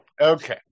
Okay